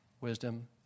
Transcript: Wisdom